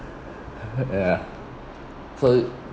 ya so